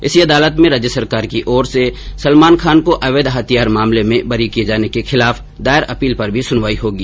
इसी अदालत में राज्य सरकार की ओर से सलमान खान को अवैध हथियार मामले में बरी किए जाने के खिलाफ दायर अपील पर भी सुनवाई होगी